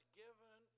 given